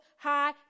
High